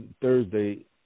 Thursday